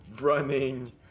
running